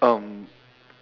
um